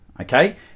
okay